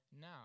now